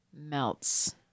Melts